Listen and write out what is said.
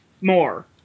more